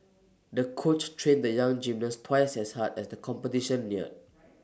the coach trained the young gymnast twice as hard as the competition neared